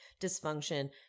dysfunction